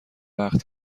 وقت